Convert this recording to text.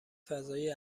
فضای